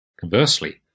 Conversely